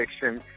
fiction